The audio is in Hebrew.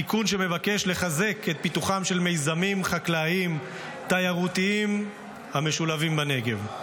תיקון שמבקש לחזק את פיתוחם של מיזמים חקלאיים-תיירותיים המשולבים בנגב,